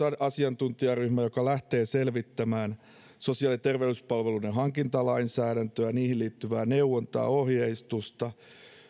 asiantuntijaryhmä lähtee selvittämään sosiaali ja terveyspalveluiden hankintalainsäädäntöä niihin liittyvää neuvontaa ohjeistusta